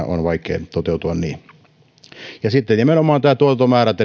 on vaikea toteuttaa ja sitten nimenomaan nämä tuotantomäärät